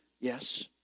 Yes